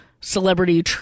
celebrity